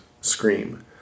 scream